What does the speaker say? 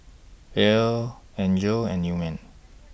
Ellar Angel and Newman